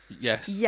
yes